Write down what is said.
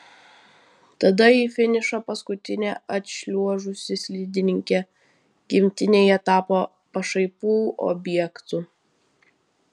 tada į finišą paskutinė atšliuožusi slidininkė gimtinėje tapo pašaipų objektu